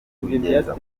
kubigenza